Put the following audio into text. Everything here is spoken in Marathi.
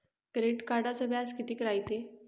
क्रेडिट कार्डचं व्याज कितीक रायते?